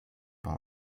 bei